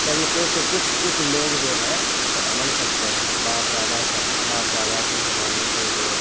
طریقے سے کچھ کچھ لوگ جو ہے اس پر عمل کرتے ہیں باپ دادا سب باپ دادا کے زمانے سے جو